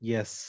Yes